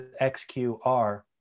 XQR